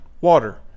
water